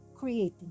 creating